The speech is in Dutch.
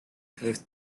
heeft